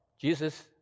Jesus